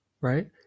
right